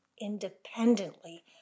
independently